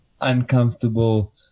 uncomfortable